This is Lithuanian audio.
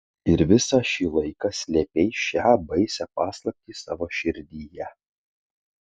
ir visą šį laiką slėpei šią baisią paslaptį savo širdyje